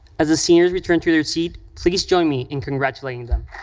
as the seniors return to their seat, please join me in congratulating them.